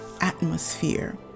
atmosphere